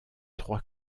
trois